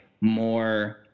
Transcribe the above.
more